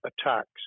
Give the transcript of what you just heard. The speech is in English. attacks